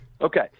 okay